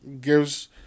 gives